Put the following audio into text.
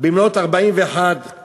במלאות 41 שנים.